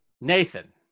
Nathan